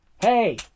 Hey